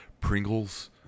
Pringles